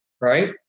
right